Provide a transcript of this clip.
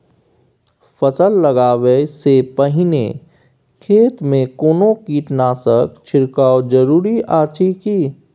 फसल लगबै से पहिने खेत मे कोनो कीटनासक छिरकाव जरूरी अछि की?